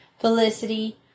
Felicity